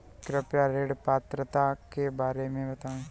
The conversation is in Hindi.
कृपया ऋण पात्रता के बारे में बताएँ?